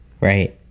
Right